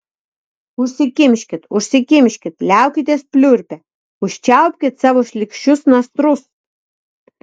užsikimškit užsikimškit liaukitės pliurpę užčiaupkit savo šlykščius nasrus